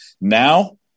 Now